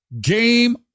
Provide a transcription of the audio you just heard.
Game